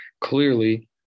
clearly